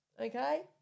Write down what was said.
okay